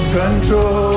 control